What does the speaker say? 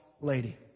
lady